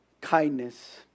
Kindness